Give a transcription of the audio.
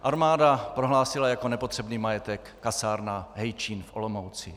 Armáda prohlásila jako nepotřebný majetek kasárna Hejčín v Olomouci.